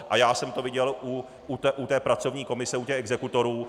A já jsem to viděl u té pracovní komise, u těch exekutorů.